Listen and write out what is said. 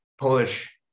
Polish